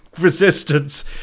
resistance